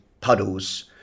puddles